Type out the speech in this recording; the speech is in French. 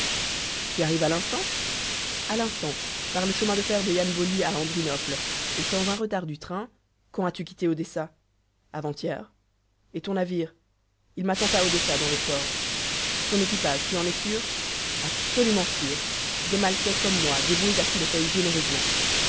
tu arrives à l'instant a l'instant par le chemin de fer de ianboli à andrinople et sans un retard du train quand as-tu quitté odessa avant-hier et ton navire il m'attend à odessa dans le port ton équipage tu en es sûr absolument sûr des maltais comme moi dévoués à qui les paye généreusement